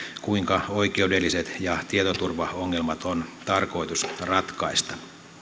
kuinka oikeudelliset ja tietoturvaongelmat on tarkoitus ratkaista